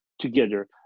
together